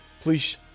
please